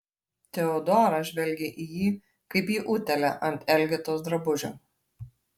teodora žvelgė į jį kaip į utėlę ant elgetos drabužio